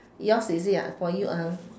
yours is it for you